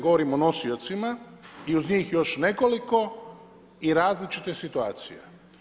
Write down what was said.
Govorim o nosiocima i uz njih još nekoliko i različite situacije.